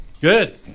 Good